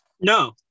No